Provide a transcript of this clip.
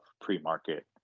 pre-market